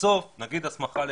למשל הסמכה לרופאים,